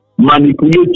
Manipulate